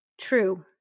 True